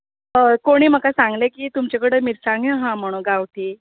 हय कोणें म्हाका सांगलें की तुमचे कडेन मिरसांग्यो आहा म्हणून गांवठी